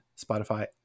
Spotify